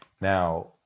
Now